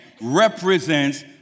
represents